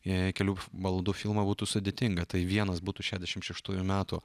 jei kelių valandų filmą būtų sudėtinga tai vienas būtų šešiasdešimt šeštųjų metų